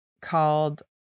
called